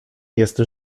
jest